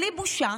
בלי בושה,